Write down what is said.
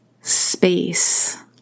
space